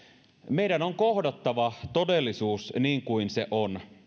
meidän on kohdattava todellisuus niin kuin se on